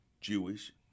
Jewish